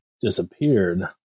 disappeared